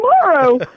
tomorrow